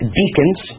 deacons